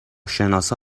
شناسا